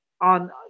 on